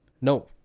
No